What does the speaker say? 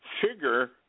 figure